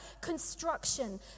construction